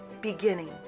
beginning